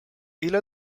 ile